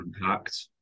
impact